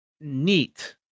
neat